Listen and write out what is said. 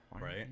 Right